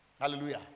Hallelujah